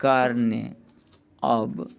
कारणे अब